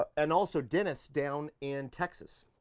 ah and also dennis down in texas.